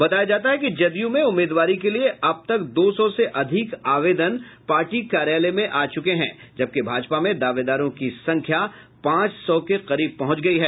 बताया जाता है कि जदयू में उम्मीदवारी के लिये अब तक दो सौ से अधिक आवेदन पार्टी कार्यालय में आ चुके हैं जबकि भाजपा में दावेदारों की संख्या पांच सौ के करीब पहुंच गयी है